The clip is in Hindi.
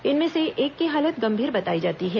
इनमें से एक की हालत गंभीर बताई जाती है